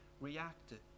reacted